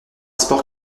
sport